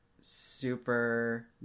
super